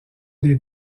les